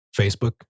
Facebook